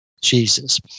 Jesus